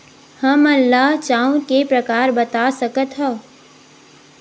हमन ला चांउर के प्रकार बता सकत हव?